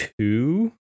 two